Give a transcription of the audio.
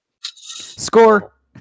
Score